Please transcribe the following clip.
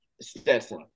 Stetson